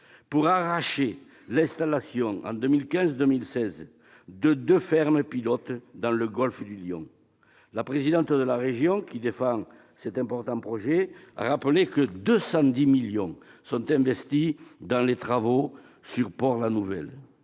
pour arracher l'installation en 2015-2016 de deux fermes pilotes dans le golfe du Lion. La présidente de la région, qui défend cet important projet, a rappelé que 210 millions d'euros sont investis dans les travaux de Port-la-Nouvelle,